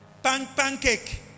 Pancake